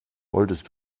wolltest